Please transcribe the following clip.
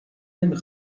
نمی